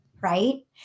right